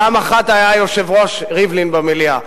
פעם אחת היה היושב-ראש ריבלין במליאה.